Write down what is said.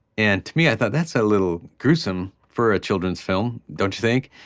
and to me, i thought, that's a little gruesome for a children's film. don't you think?